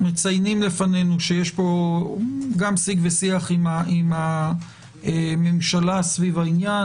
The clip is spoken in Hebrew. אנחנו מציינים לפנינו שיש פה גם שיג ושיח עם הממשלה סביב העניין.